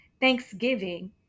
thanksgiving